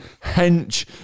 hench